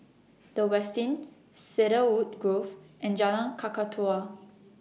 The Westin Cedarwood Grove and Jalan Kakatua